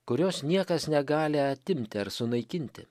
kurios niekas negali atimti ar sunaikinti